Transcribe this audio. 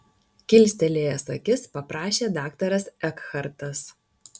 kilstelėjęs akis paprašė daktaras ekhartas